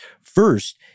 First